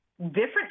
different